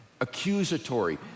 accusatory